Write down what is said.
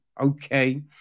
okay